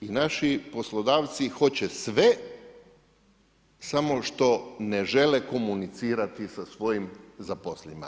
I naši poslodavci hoće sve, samo što ne žele komunicirati sa svojim zaposlenima.